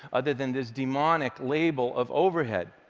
other than this demonic label of overhead.